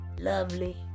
lovely